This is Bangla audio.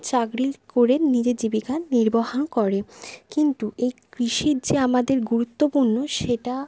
চাকরি করে নিজের জীবিকা নিৰ্বাহ করে কিন্তু এই কৃষি যে আমাদের গুরুত্বপূর্ণ সেটা